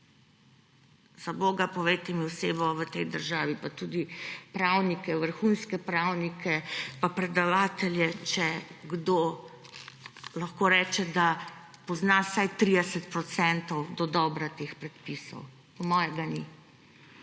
Zaboga, povejte mi osebo v tej državi, pa tudi pravnike, vrhunske pravnike, pa predavatelje, če kdo lahko reče, da pozna vsaj 30 procentov dodobra teh predpisov. Po moje ga ni.